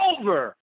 over